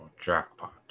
jackpot